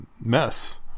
mess